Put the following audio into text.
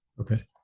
Okay